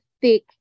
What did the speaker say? thick